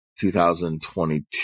2022